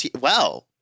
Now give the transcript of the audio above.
wow